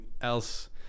else